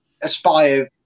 aspire